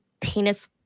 penis